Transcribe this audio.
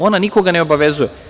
Ona nikoga ne obavezuje.